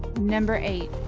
number eight.